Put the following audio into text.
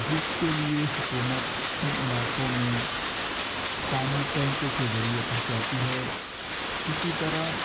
جس کے لیے حکومت ان علاقوں میں پانی ٹینکوں کے ذریعہ پہنچاتی ہے اسی طرح